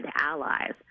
allies